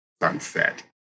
sunset